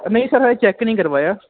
ਨਹੀਂ sir check ਨਹੀਂ ਕਰਵਾਇਆ